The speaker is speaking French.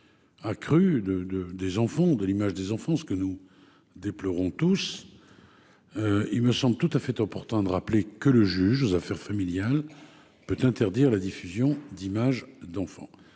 accrue de l'image des enfants, ce que nous déplorons tous, il me semble tout à fait important de rappeler que le juge aux affaires familiales peut interdire la diffusion d'images d'enfants.